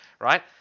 right